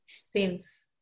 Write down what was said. seems